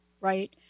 right